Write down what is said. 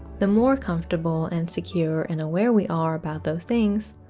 the more comfortable and secure and aware we are about those things,